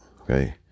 Okay